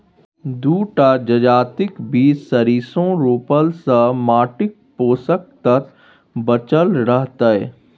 दू टा जजातिक बीच सरिसों रोपलासँ माटिक पोषक तत्व बचल रहतै